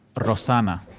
Rosana